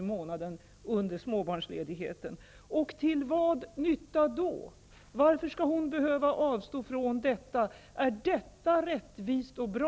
i månaden under småbarnsledigheten. Och till vilken nytta? Varför skall hon behöva avstå från detta? Är detta rättvist och bra?